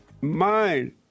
mind